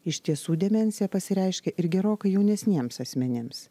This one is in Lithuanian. iš tiesų demencija pasireiškia ir gerokai jaunesniems asmenims